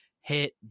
hit